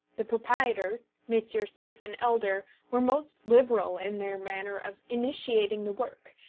the proprietors, messrs. smith and elder, were most liberal in their manner of initiating the work,